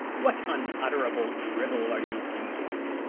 what unutterable drivel are you reading?